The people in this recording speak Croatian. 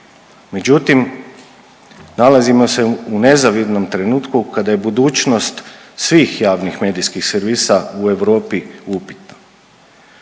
Međutim, nalazimo se u nezavidnom trenutku kada je budućnost svih javnih medijskih servisa u Europi upitna.